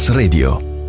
radio